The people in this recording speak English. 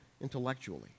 intellectually